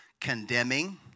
condemning